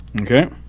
Okay